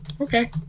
Okay